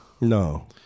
No